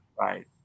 Right